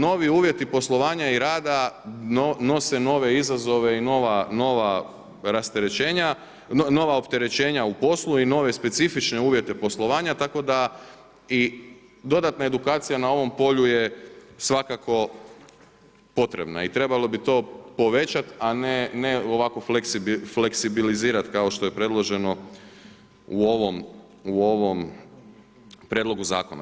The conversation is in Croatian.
Novi uvjeti poslovanja i rada nose nove izazove i nova rasterećenja, nova opterećenja u poslu i nove specifične uvjete poslovanja, tako da i dodatna edukacija na ovom polju je svakako potrebna i trebalo bi to povećat, a ne ovako fleksibilizirat kao što je predloženo u ovom prijedlogu zakona.